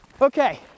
Okay